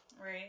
Right